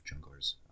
junglers